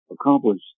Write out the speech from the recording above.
Accomplished